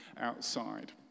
outside